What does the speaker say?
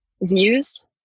views